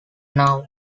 now